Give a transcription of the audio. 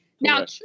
now